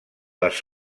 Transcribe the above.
les